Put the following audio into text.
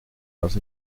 paz